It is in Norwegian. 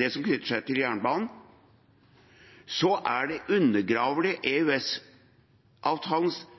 det som knytter seg til jernbanen, undergraver de EØS-avtalens politiske og kulturelle legitimitet. Det